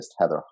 Heather